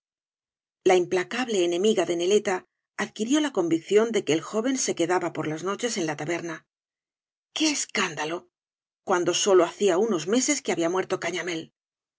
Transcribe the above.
la implacable enemiga de neleta adquirió la convicción de que el joven se quedaba por las noches en la taberna qué escándalo cuando sólo hacía unos meses que había muerto gañamll pero